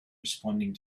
responding